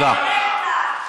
תודה.